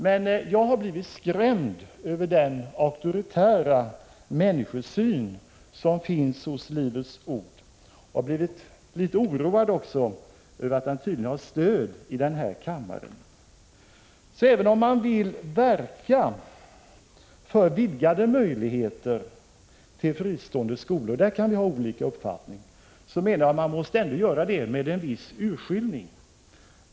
Men jag har blivit skrämd av den auktoritära människosyn som finns hos Livets ord och oroad över att den tydligen har stöd i den här kammaren. Även om man vill verka för vidgade möjligheter till fristående skolor — och därvidlag kan vi ha olika uppfattning — måste man ändå göra det med en viss urskillning.